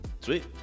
Sweet